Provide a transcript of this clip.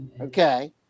Okay